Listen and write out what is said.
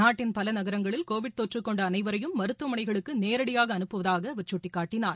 நாட்டின் பல நகரங்களில் கோவிட் தொற்று கொண்ட அனைவரையும் மருத்துவமனைகளுக்கு நேரடியாக அனுப்புவதாக அவர் சுட்டிக்காட்டினார்